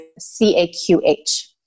CAQH